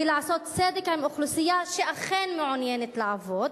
היא לעשות צדק עם אוכלוסייה שאכן מעוניינת לעבוד,